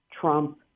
Trump